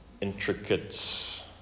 intricate